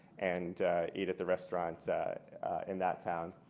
and eat at the restaurants in that town.